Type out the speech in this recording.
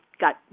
got